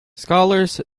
scholars